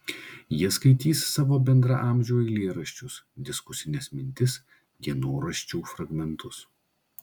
jie skaitys savo bendraamžių eilėraščius diskusines mintis dienoraščių fragmentus